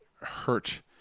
hurt